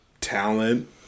talent